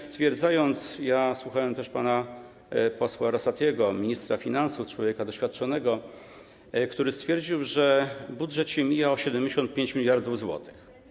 Słuchałem też pana posła Rosatiego, ministra finansów, człowieka doświadczonego, który stwierdził, że budżet się mija o 75 mld zł.